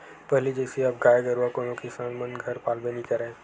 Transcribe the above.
पहिली जइसे अब गाय गरुवा कोनो किसान मन घर पालबे नइ करय